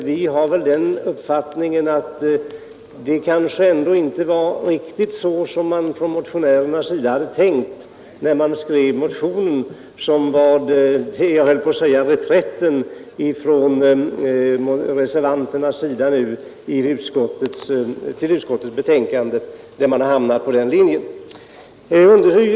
Vi har nämligen den uppfattningen att vad motionärerna tänkt sig inte överensstämmer med vad som föreslås i reservationen och som jag nästan vill beteckna som en reträtt.